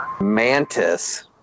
Mantis